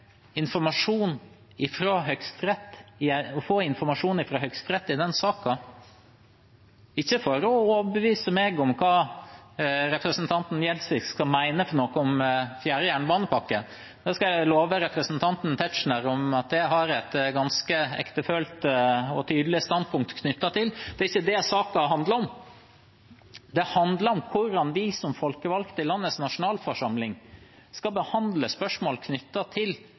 informasjon fra Høyesterett i den saken, er ikke for å overbevise meg om hva representanten Gjelsvik skal mene om fjerde jernbanepakke. Det skal jeg love representanten Tetzschner at jeg har et ganske ektefølt og tydelig standpunkt knyttet til. Det er ikke det saken handler om. Det handler om hvordan vi som folkevalgte i landets nasjonalforsamling skal behandle spørsmål knyttet til